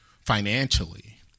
financially